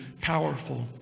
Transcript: powerful